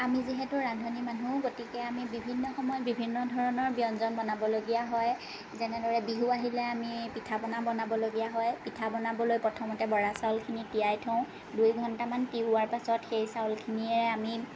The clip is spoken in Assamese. আমি যিহেতু ৰান্ধনি মানুহ গতিকে আমি বিভিন্ন সময়ত বিভিন্ন ধৰণৰ ব্যঞ্জন বনাবলগীয়া হয় যেনেদৰে বিহু আহিলে আমি পিঠাপনা বনাবলগীয়া হয় পিঠা বনাবলৈ প্ৰথমে বৰা চাউলখিনি তিয়াই থওঁ দুই ঘন্টামান তিওৱাৰ পাছত সেই চাউলখিনিয়ে আমি